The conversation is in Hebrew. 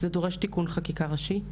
זה דורש תיקון חקיקה ראשי.